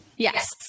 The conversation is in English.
Yes